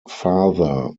father